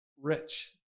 rich